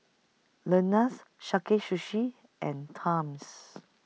Lenas Sakae Sushi and Times